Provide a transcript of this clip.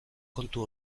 kontu